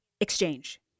exchange